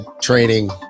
training